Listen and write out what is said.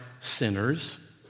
sinners